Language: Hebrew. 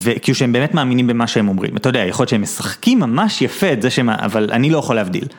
ו.. כאילו שהם באמת מאמינים במה שהם אומרים, אתה יודע, יכול להיות שהם משחקים ממש יפה את זה שהם, אבל אני לא יכול להבדיל.